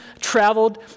traveled